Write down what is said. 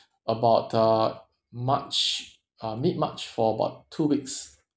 about uh march uh mid-march for about two weeks